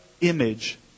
image